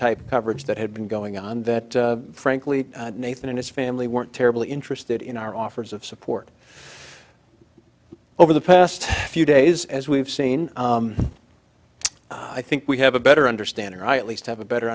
type coverage that had been going on that frankly nathan and his family weren't terribly interested in our offers of support over the past few days as we've seen i think we have a better understanding i at least have a better